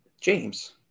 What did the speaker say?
James